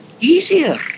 easier